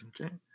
Okay